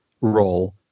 role